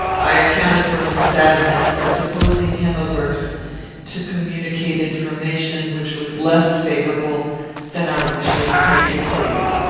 i accounted for his sadness by supposing him averse to communicate information which was less favourable than our wishes had dictated.